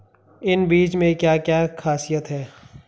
इन बीज में क्या क्या ख़ासियत है?